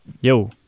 Yo